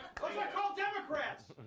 yeah called democrats!